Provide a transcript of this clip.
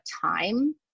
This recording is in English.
time